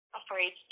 afraid